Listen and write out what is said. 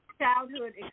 Childhood